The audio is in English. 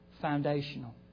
Foundational